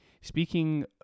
Speaking